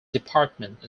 department